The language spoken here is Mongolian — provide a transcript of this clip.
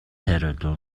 хариулав